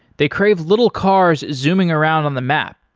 they crave little cars zooming around on the map.